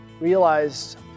realized